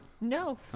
No